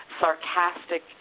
sarcastic